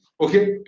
okay